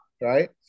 right